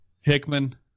Hickman